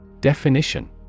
Definition